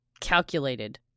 calculated